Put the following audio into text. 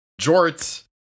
Jort's